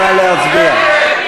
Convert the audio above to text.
נא להצביע.